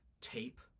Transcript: tape